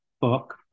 book